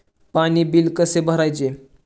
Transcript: पाणी बिल कसे भरायचे?